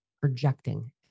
projecting